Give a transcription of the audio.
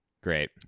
Great